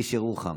איש ירוחם,